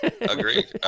Agreed